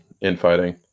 infighting